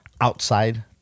outside